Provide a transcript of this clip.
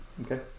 Okay